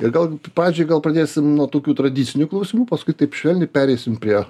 ir gal pavyzdžiui gal pradėsim nuo tokių tradicinių klausimų paskui taip švelniai pereisim prie